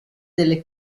delle